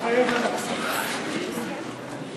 מתחייב